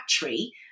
battery